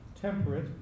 temperate